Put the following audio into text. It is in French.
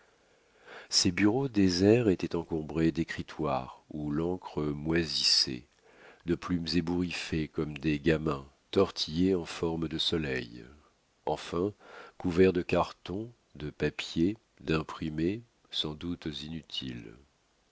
ces bureaux déserts étaient encombrés d'écritoires où l'encre moisissait de plumes ébouriffées comme des gamins tortillées en forme de soleils enfin couverts de cartons de papiers d'imprimés sans doute inutiles